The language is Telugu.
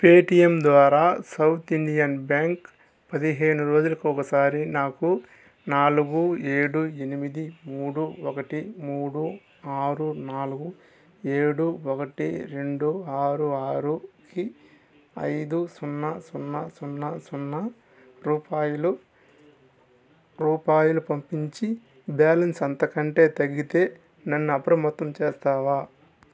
పేటిఎమ్ ద్వారా సౌత్ ఇండియన్ బ్యాంక్ పదిహేను రోజులకొకసారి నాకు నాలుగు ఏడు ఎనిమిది మూడు ఒకటి మూడు ఆరు నాలుగు ఏడు ఒకటి రెండు ఆరు ఆరుకి ఐదు సున్న సున్న సున్న సున్న రూపాయలు రూపాయలు పంపించి బ్యాలన్స్ అంతకంటే తగ్గితే నన్ను అప్రమత్తం చేస్తావా